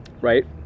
right